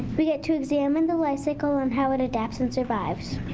we get to examine the lifecycle on how it adapts and survives.